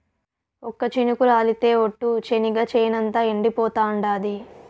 ఒక్క చినుకు రాలితె ఒట్టు, చెనిగ చేనంతా ఎండిపోతాండాది